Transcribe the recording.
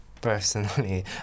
personally